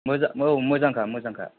मोजां औ मोजांखा मोजांखा